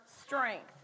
strength